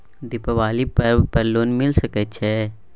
दीपावली पर्व पर लोन मिल सके छै?